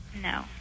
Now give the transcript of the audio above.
No